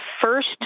first